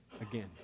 Again